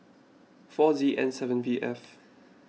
four Z N seven V F